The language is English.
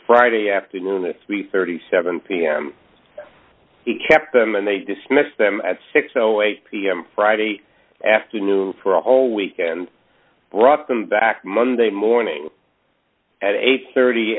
friday afternoon at three thirty seven pm he kept them and they dismissed them at six o eight pm friday afternoon for a whole week and brought them back monday morning at eight thirty